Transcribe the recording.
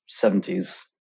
70s